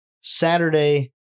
Saturday